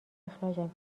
اخراجم